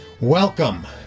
Welcome